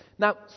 Now